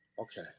Okay